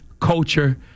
culture